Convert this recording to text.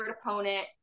opponent